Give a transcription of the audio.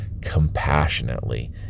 compassionately